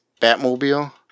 Batmobile